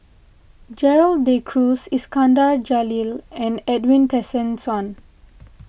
Gerald De Cruz Iskandar Jalil and Edwin Tessensohn